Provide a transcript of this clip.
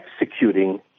executing